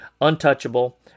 Untouchable